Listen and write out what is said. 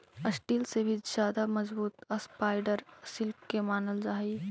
steel से भी ज्यादा मजबूत स्पाइडर सिल्क के मानल जा हई